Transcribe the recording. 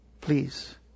Please